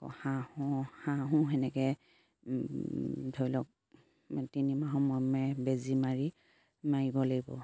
আকৌ হাঁহো হাঁহো সেনেকে ধৰি লওক তিনিমাহৰ মূৰে মূৰে বেজী মাৰি মাৰিব লাগিব